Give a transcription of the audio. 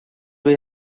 way